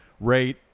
rate